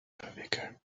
verwickeln